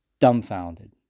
dumbfounded